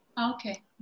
Okay